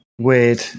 Weird